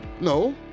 No